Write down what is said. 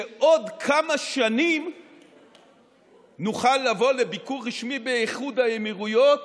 שבעוד כמה שנים נוכל לבוא לביקור רשמי באיחוד האמירויות